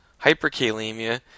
hyperkalemia